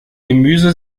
gemüse